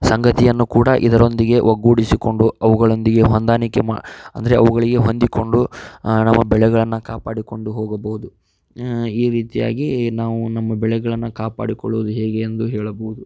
ಸಂಗತಿಯನ್ನು ಕೂಡ ಇದರೊಂದಿಗೆ ಒಗ್ಗೂಡಿಸಿಕೊಂಡು ಅವುಗಳೊಂದಿಗೆ ಹೊಂದಾಣಿಕೆ ಮಾಡಿ ಅಂದರೆ ಅವುಗಳಿಗೆ ಹೊಂದಿಕೊಂಡು ನಮ್ಮ ಬೆಳೆಗಳನ್ನು ಕಾಪಾಡಿಕೊಂಡು ಹೋಗಬೋದು ಈ ರೀತಿಯಾಗಿ ನಾವು ನಮ್ಮ ಬೆಳೆಗಳನ್ನು ಕಾಪಾಡಿಕೊಳ್ಳುವುದು ಹೇಗೆ ಎಂದು ಹೇಳಬೋದು